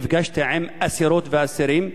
נפגשתי עם אסירות ואסירים,